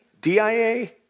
DIA